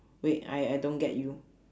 wait I I don't get you